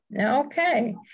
Okay